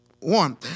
one